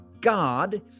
God